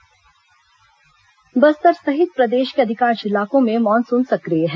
बारिश बस्तर सहित प्रदेश के अधिकांश इलाकों में मानसून सक्रिय है